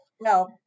No